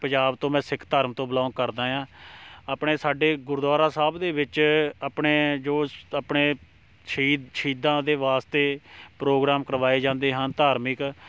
ਪੰਜਾਬ ਤੋਂ ਮੈਂ ਸਿੱਖ ਧਰਮ ਤੋਂ ਬਿਲੌਗ ਕਰਦਾ ਹਾਂ ਆਪਣੇ ਸਾਡੇ ਗੁਰਦੁਆਰਾ ਸਾਹਿਬ ਦੇ ਵਿੱਚ ਆਪਣੇ ਜੋ ਸ਼ ਆਪਣੇ ਸ਼ਹੀਦ ਸ਼ਹੀਦਾਂ ਦੇ ਵਾਸਤੇ ਪ੍ਰੋਗਰਾਮ ਕਰਵਾਏ ਜਾਂਦੇ ਹਨ ਧਾਰਮਿਕ